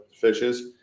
fishes